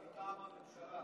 מטעם הממשלה?